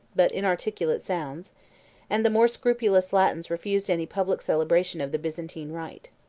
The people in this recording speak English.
but inarticulate sounds and the more scrupulous latins refused any public celebration of the byzantine rite.